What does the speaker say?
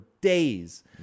days